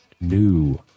New